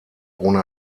ohne